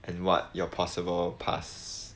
and what your possible past